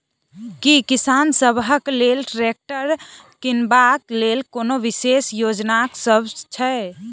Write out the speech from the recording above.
की किसान सबहक लेल ट्रैक्टर किनबाक लेल कोनो विशेष योजना सब छै?